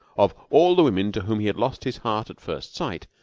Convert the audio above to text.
of all the women to whom he had lost his heart at first sight,